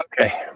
Okay